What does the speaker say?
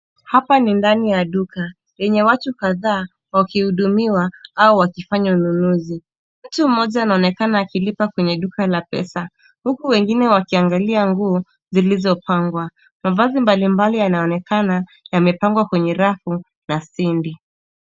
Hapa ni ndani ya duka, lenye watu kadhaa wakihudumiwa au wakifanya ununuzi. Mtu mmoja anaonekana akilipa kwenye duka la pesa, huku wengine wakiangalia nguo, zilizopangwa. Mavazi mbalimbali yanaonekana yamepangwa kwenye rafu na stendi.